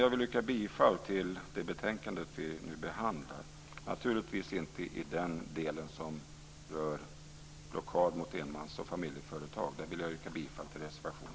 Jag vill yrka bifall till hemställan i arbetsmarknadsutskottets betänkande 5, men naturligtvis inte till den del som rör blockad mot enmans och familjeföretag där jag vill yrka bifall till reservation